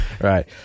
Right